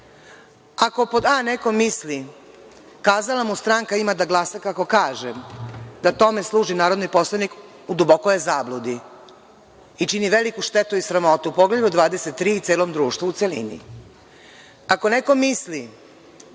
Ako, pod A, neko mislim kazala mu stranka, ima da glasa kako kažem, da tom služi narodni poslanik, u dubokoj je zabludi i čini veliku štetu i sramotu u Poglavlju 23, celom društvu i celini. Ako neko misli